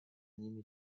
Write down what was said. ними